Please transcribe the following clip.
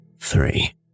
three